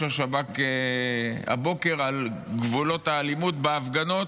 השב"כ הבוקר על גבולות האלימות בהפגנות.